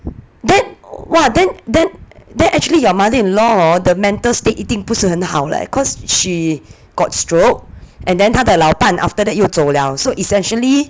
then !wah! then then then actually your mother-in-law orh the mental state 一定不是很好 leh cause she got stroke and then 她的老伴 after that 又走了 so essentially